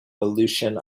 aleutian